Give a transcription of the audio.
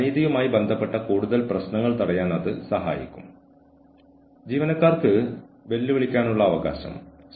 ഭീഷണിപ്പെടുത്തൽ രീതികൾ ആക്രമണകാരികളായ ജീവനക്കാരെ പിരിച്ചുവിടുന്നതിൽ ഭയപ്പെടരുത്